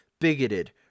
bigoted